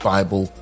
Bible